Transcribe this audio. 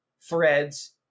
threads